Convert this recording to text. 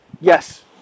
Yes